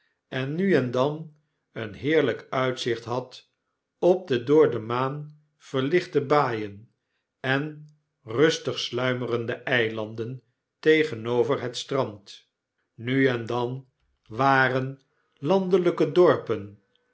en nu en dan een heerlijk uitzicht had op de door de maanverlichte baaien en rustig sluimerende eilanden tegenover het strand nu en dan waren landelyke dorpen